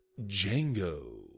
Django